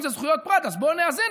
אם זה זכויות פרט אז בואו נאזן,